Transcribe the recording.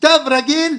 כתב רגיל,